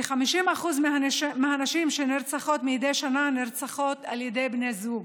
כ-50% מהנשים שנרצחות מדי שנה נרצחות על ידי בני זוג.